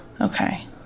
Okay